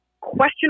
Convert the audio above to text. question